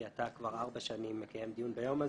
כי אתה כבר ארבע שנים מקיים דיון ביום הזה,